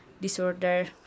disorder